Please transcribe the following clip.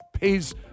pays